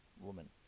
woman